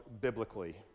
biblically